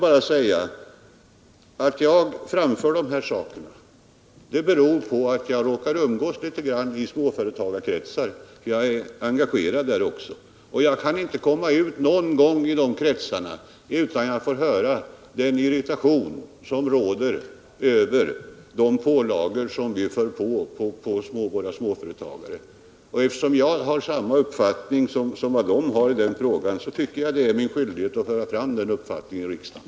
Att jag framför de här synpunkterna beror på att jag råkar umgås i småföretagarkretsar. Jag är engagerad där, och jag kan inte komma ut någon gång i de kretsarna utan att notera den irritation som råder över de pålagor som vi belastar våra småföretagare med. Eftersom jag har samma uppfattning som de i den frågan, tycker jag att det är min skyldighet att föra fram den uppfattningen i riksdagen.